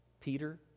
Peter